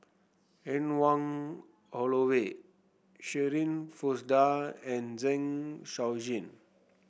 Anne Wong Holloway Shirin Fozdar and Zeng Shouyin